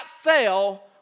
fail